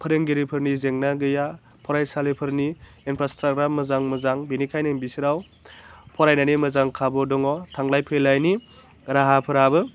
फोरोंगिरिफोरनि जेंना गैया फरायसालिफोरनि इन्फ्रासट्राक्चारआ मोजां मोजां बिनिखायनो बिसोराव फरायनायनि मोजां खाबु दङ थांलाय फैलायनि राहाफोराबो